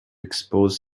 expose